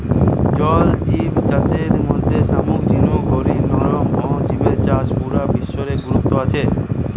জল জিব চাষের মধ্যে শামুক ঝিনুক হারি নরম অং জিবের চাষ পুরা বিশ্ব রে গুরুত্ব আছে